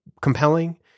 compelling